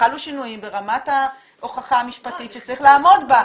חלו שינויים ברמת ההוכחה המשפטית שצריך לעמוד בה.